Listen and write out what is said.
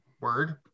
Word